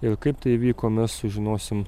ir kaip tai įvyko mes sužinosim